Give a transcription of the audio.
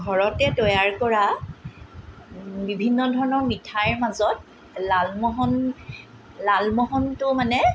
ঘৰতে তৈয়াৰ কৰা বিভিন্ন ধৰণৰ মিঠাই মাজত লালমোহন লালমোহনটো মানে